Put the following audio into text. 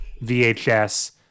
VHS